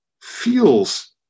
feels